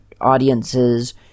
audiences